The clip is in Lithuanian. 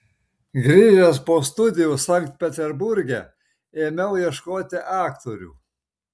grįžęs po studijų sankt peterburge ėmiau ieškoti aktorių